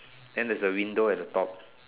then there's a window at the top